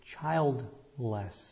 childless